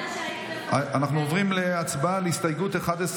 אנחנו עוברים להצבעה על ההסתייגות לחלופין.